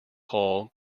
hull